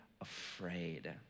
afraid